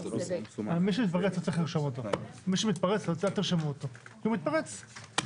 מי שמתפרץ אל תרשמו אותו, כי הוא מתפרץ.